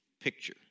picture